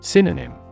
Synonym